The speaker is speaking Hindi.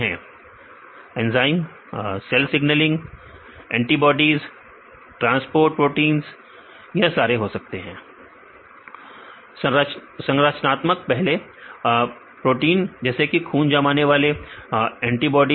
विद्यार्थी एंजाइम एंजाइम विद्यार्थी सेल सिगनलिंग और सेल सिगनलिंग विद्यार्थी एंटीबॉडीज एंटीबॉडीज विद्यार्थी ट्रांसपोर्ट ट्रांसपोर्ट प्रोटींस सही है विद्यार्थी संरचनात्मक संरचनात्मक पहले प्रोटीन खून जमाने वाली एंटीबॉडीज